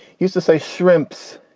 used to say shrimps.